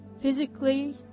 physically